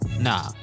Nah